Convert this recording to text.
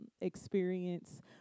experience